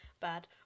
bad